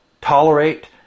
tolerate